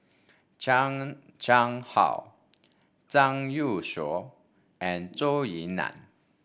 Chan Chang How Zhang Youshuo and Zhou Ying Nan